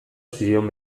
zion